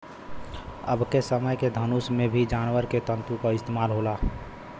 अबके समय के धनुष में भी जानवर के तंतु क इस्तेमाल होला